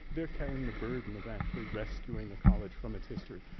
they're carrying the burden of actually rescuing the college from its history.